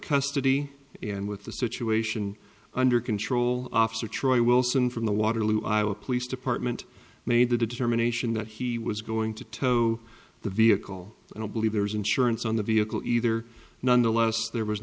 custody and with the situation under control officer troy wilson from the waterloo iowa police department made the determination that he was going to tow the vehicle and i believe there's insurance on the vehicle either nonetheless there was